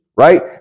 Right